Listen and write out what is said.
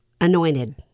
anointed